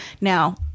now